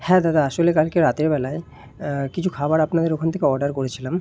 হ্যাঁ দাদা আসলে কালকে রাতেরবেলায় কিছু খাবার আপনাদের ওখান থেকে অর্ডার করছিলাম